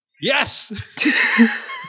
Yes